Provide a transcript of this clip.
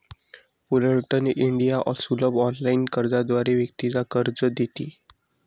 Fullerton India सुलभ online अर्जाद्वारे व्यक्तीला कर्ज देते